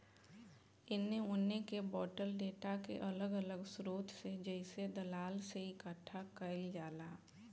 एने ओने के बॉटल डेटा के अलग अलग स्रोत से जइसे दलाल से इकठ्ठा कईल जाला